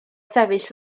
sefyll